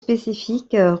spécifiques